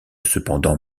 cependant